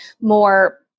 more